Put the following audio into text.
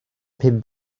pum